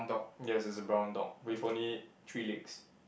ya it's a brown dog with only three legs